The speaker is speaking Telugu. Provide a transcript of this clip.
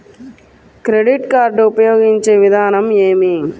క్రెడిట్ కార్డు ఉపయోగించే విధానం ఏమి?